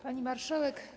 Pani Marszałek!